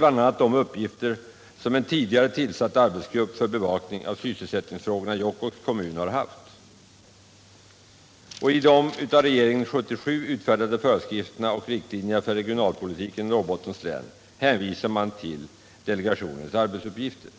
de arbetsuppgifter som en tidigare tillsatt arbetsgrupp för bevakning av sysselsättningsfrågorna i Jokkmokks kommun har haft. I de av regeringen 1977 utfärdade föreskrifterna och riktlinjerna för regionalpolitiken i Norrbottens län hänvisas det till delegationens arbetsuppgifter.